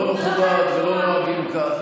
לא מכובד ולא נוהגים כך.